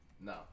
no